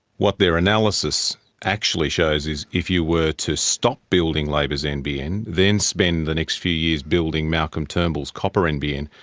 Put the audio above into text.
what their analysis actually shows is if you were to stop building labor's nbn, then spend the next few years building malcolm turnbull's copper nbn,